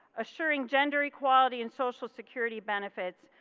assuring gender equality in social security benefits,